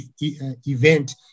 event